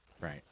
Right